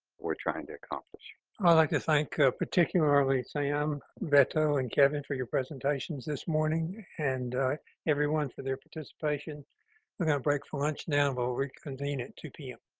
we're trying to accomplish. i like to thank particularly sam, beto, and kevin for your presentations this morning and everyone for their participation. we're going to break for lunch now. we'll reconvene at two zero p m.